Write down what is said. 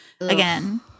Again